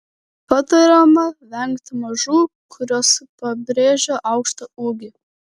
patariama vengti mažų kurios pabrėžia aukštą ūgį